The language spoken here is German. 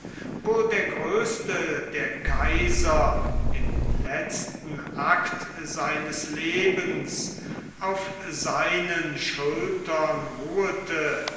wo der größte der kaiser im letzten akte seines lebens auf seinen schultern ruhete